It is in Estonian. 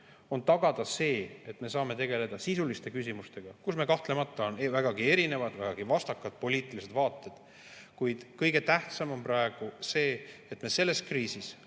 on tagada see, et me saame tegeleda sisuliste küsimustega, milles meil kahtlemata on vägagi erinevad, vägagi vastakad poliitilised vaated. Kuid kõige tähtsam on praegu see, et me selles kriisis